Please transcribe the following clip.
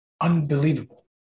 Unbelievable